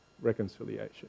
reconciliation